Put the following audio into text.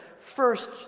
first